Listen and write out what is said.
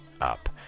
up